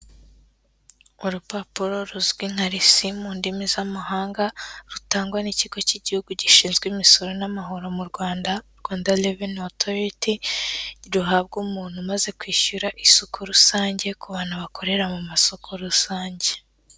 Urupapuro ruzwi nka resi mu ndimi z'amahanga, rutangwa n'ikigo cy'igihugu gishinzwe imisoro n'amahoro mu Rwanda, Rwanda Reveni Otoriti, ruhabwa umuntu umaze kwishyura isuku rusange ku bantu bakorera mu masoko rusange.